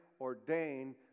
ordained